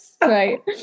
Right